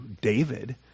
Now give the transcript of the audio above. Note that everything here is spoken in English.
David